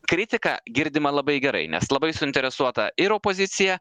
kritika girdima labai gerai nes labai suinteresuota ir opozicija